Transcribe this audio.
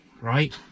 right